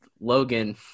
Logan